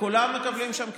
כולם מקבלים שם כסף.